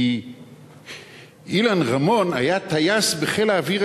כי אילן רמון היה טייס בחיל האוויר